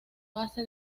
base